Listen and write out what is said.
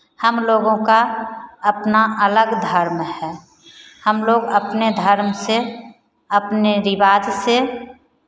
हम लोगों का अपना अलग धर्म है हम लोग अपने धर्म से अपने रिवाज से